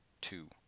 two